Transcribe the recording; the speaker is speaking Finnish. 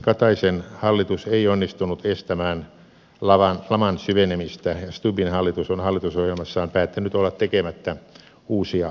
kataisen hallitus ei onnistunut estämään laman syvenemistä ja stubbin hallitus on hallitusohjelmassaan päättänyt olla tekemättä uusia avauksia